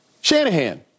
Shanahan